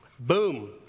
Boom